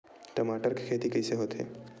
टमाटर के खेती कइसे होथे?